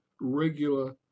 regular